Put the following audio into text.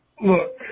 look